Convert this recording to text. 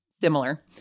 similar